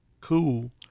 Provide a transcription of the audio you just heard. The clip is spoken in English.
cool